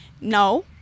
No